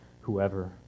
whoever